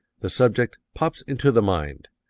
the subject pops into the mind.